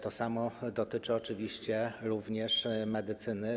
To samo dotyczy oczywiście również medycyny.